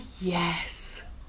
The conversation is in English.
yes